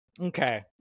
okay